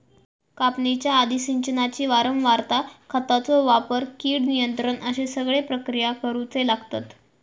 कापणीच्या आधी, सिंचनाची वारंवारता, खतांचो वापर, कीड नियंत्रण अश्ये सगळे प्रक्रिया करुचे लागतत